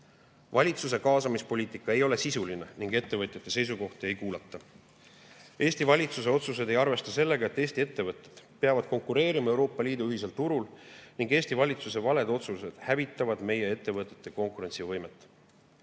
Valitsuse kaasamispoliitika ei ole sisuline ning ettevõtjate seisukohti ei kuulata. Eesti valitsuse otsused ei arvesta sellega, et Eesti ettevõtted peavad konkureerima Euroopa Liidu ühisel turul, ning Eesti valitsuse valed otsused hävitavad meie ettevõtete konkurentsivõimet.